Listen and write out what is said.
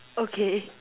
okay